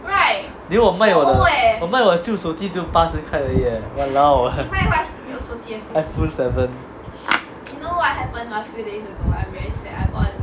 连我买我的我买我旧手机只有八十块而已 eh !walao! iphone seven